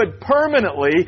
permanently